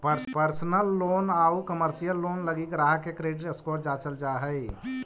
personal loan आउ commercial loan लगी ग्राहक के क्रेडिट स्कोर जांचल जा हइ